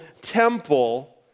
temple